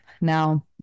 now